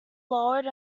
lowered